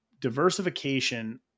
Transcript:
Diversification